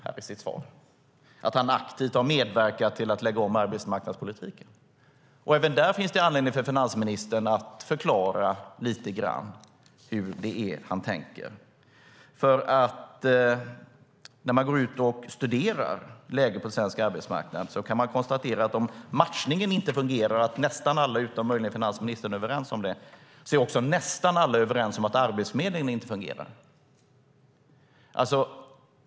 Han har aktivt medverkat till att lägga om arbetsmarknadspolitiken. Även där finns det anledning för finansministern att förklara lite grann hur han tänker. När man går ut och studerar läget på svensk arbetsmarknad kan man konstatera att matchningen inte fungerar och att nästan alla, utom möjligen finansministern, är överens om det. Nästan alla är också överens om att Arbetsförmedlingen inte fungerar.